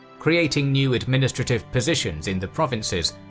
creating new administrative positions in the provinces,